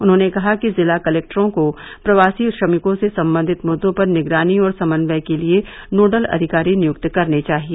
उन्होंने कहा कि जिला कलेक्टरों को प्रवासी श्रमिकों से संबंधित मुद्दों पर निगरानी और समन्वय के लिए नोडल अधिकारी नियुक्त करने चाहिए